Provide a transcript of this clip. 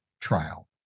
trial